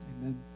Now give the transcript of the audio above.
Amen